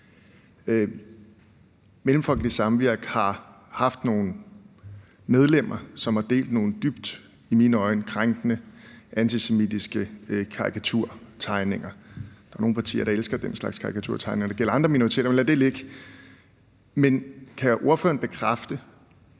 Mellemfolkeligt Samvirke har haft nogle medlemmer, som har delt nogle i mine øjne dybt krænkende antisemitiske karikaturtegninger. Der er nogle partier, der elsker den slags karikaturtegninger, når det gælder andre minoriteter, men lad nu det ligge. Men kan ordføreren bekræfte,